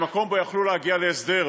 במקום שבו יכלו להגיע להסדר.